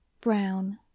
brown